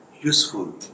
useful